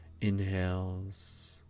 Inhales